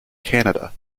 canada